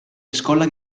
escola